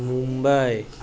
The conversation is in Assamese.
মুম্বাই